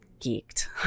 geeked